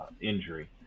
injury